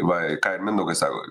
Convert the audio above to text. va ką ir mindaugas sako